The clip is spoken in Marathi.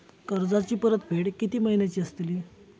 कर्जाची परतफेड कीती महिन्याची असतली?